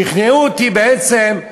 שכנעו אותי בעצם,